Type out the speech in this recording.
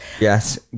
yes